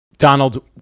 Donald